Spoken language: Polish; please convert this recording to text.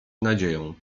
nadzieją